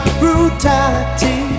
brutality